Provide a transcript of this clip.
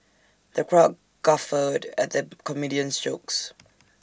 the crowd guffawed at the comedian's jokes